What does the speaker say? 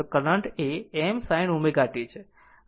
તો કરંટ એ m sin ω t છે